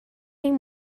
این